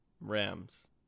Rams